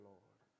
Lord